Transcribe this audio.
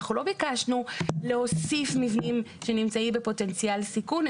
אנחנו לא ביקשנו להוסיף מבנים שנמצאים בפוטנציאל סיכון,